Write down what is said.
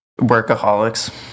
Workaholics